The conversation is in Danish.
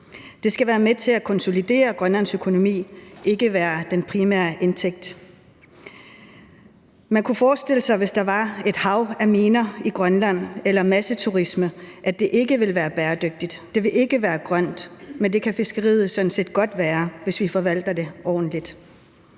det skal være med til at konsolidere Grønlands økonomi, ikke være den primære indtægtskilde. Man kunne forestille sig – hvis der var et hav af miner i Grønland eller masseturisme – at det ikke ville være bæredygtigt, det ikke ville være grønt, men det kan fiskeriet sådan set godt være, hvis vi forvalter det ordentligt.